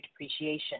depreciation